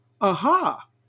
aha